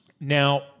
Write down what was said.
Now